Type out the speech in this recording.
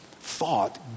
thought